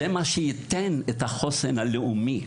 זה מה שייתן את החוסן הלאומי.